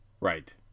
Right